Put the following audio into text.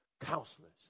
counselors